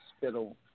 Hospital